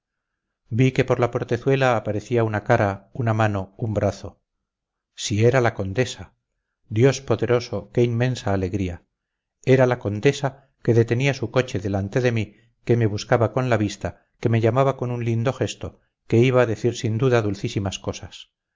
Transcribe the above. vi que por la portezuela aparecía una cara una mano un brazo si era la condesa dios poderoso qué inmensa alegría era la condesa que detenía su coche delante de mí que me buscaba con la vista que me llamaba con un lindo gesto que iba a decir sin duda dulcísimas cosas